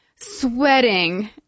sweating